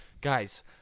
guys